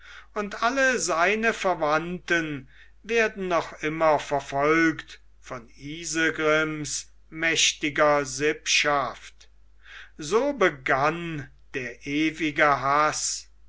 und alle seine verwandten werden noch immer verfolgt von isegrims mächtiger sippschaft so begann der ewige haß